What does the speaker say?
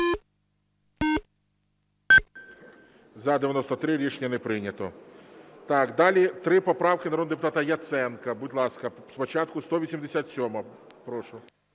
За-93 Рішення не прийнято. Далі три поправки народного депутата Яценка. Будь ласка, спочатку 187-а. Прошу.